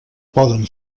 poden